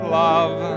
love